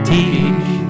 Teach